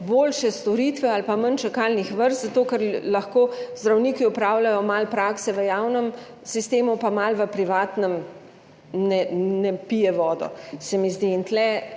boljše storitve ali pa manj čakalnih vrst zato, ker lahko zdravniki opravljajo malo prakse v javnem sistemu in malo v privatnem, ne pije vode, se mi zdi. In tu